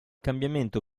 cambiamento